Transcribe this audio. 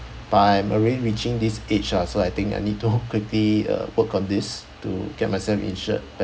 but I'm already reaching this age ah so I think I need to quickly uh work on this to get myself insured